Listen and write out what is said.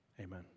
amen